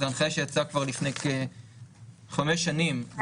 זו הנחיה שיצאה כבר לפני כחמש שנים,